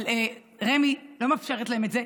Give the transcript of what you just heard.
אבל רמ"י לא מאפשרת להם את זה,